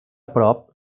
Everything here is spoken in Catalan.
prop